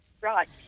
Right